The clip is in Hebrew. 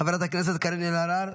חברת הכנסת קארין אלהרר,